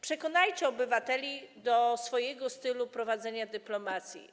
Przekonajcie obywateli do swojego stylu prowadzenia dyplomacji.